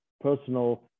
personal